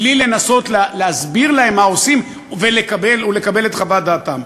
בלי לנסות להסביר להם מה עושים ולקבל את חוות דעתם.